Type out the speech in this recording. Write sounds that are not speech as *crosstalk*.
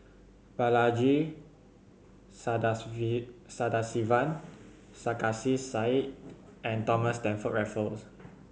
Balaji *unintelligible* Sadasivan Sarkasi Said and Thomas Stamford Raffles